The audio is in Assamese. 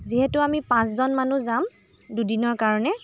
যিহেতু আমি পাঁচজন মানুহ যাম দুদিনৰ কাৰণে